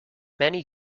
many